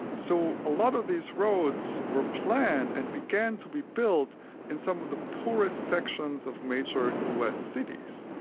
so a lot of these roads were planned and began to be built in some of the poorest sections of major us cities.